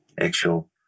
actual